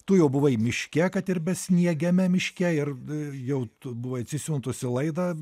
tu jau buvai miške kad ir besniegiame miške ir jau tu buvai atsisiuntusi laidą